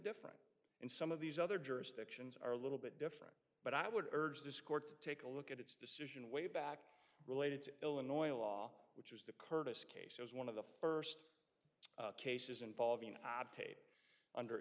different and some of these other jurisdictions are a little bit different but i would urge this court to take a look at its decision way back related to illinois law which was the curtis case was one of the first cases involving obviate under